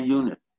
unit